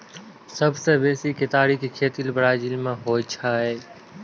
सबसं बेसी केतारी के खेती ब्राजील मे होइ छै